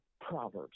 proverbs